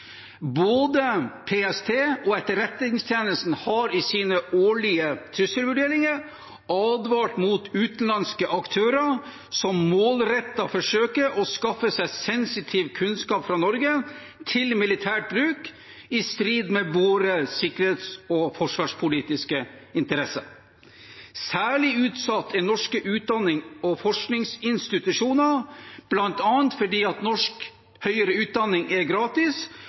Både PST og Etterretningstjenesten har i sine årlige trusselvurderinger advart mot utenlandske aktører som målrettet forsøker å skaffe seg sensitiv kunnskap fra Norge til militær bruk, i strid med våre sikkerhets- og forsvarspolitiske interesser. Særlig utsatt er norske utdannings- og forskningsinstitusjoner, bl.a. fordi norsk høyere utdanning er gratis,